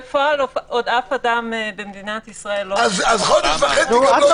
בפועל עוד אף אדם במדינת ישראל לא --- אז חודש וחצי גם לא יהיה.